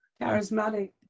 charismatic